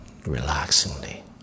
relaxingly